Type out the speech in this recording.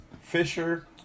Fisher